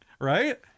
right